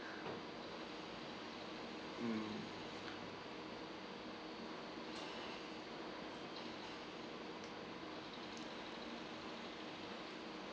mm